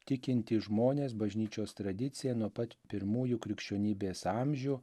tikintys žmonės bažnyčios tradicija nuo pat pirmųjų krikščionybės amžių